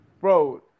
bro